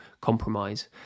compromise